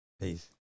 Peace